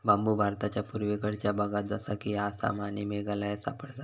बांबु भारताच्या पुर्वेकडच्या भागात जसा कि आसाम आणि मेघालयात सापडता